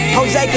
Jose